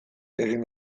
egin